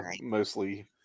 mostly